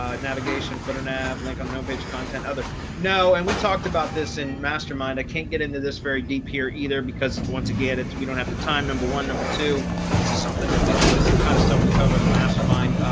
ah navigation footer nav link on the homepage content. other know, and we talked about this in mastermind, i can't get into this very deep here either, because once again, it's we don't have the time number one. number two, this is something that we this is kind of stuff we cover in the mastermind.